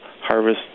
harvest